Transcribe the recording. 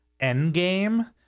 Endgame